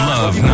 Love